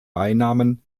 beinamen